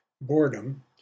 boredom